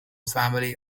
family